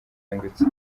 yungutse